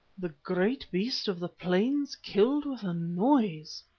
the great beast of the plains killed with a noise!